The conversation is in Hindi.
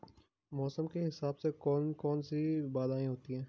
मौसम के हिसाब से कौन कौन सी बाधाएं होती हैं?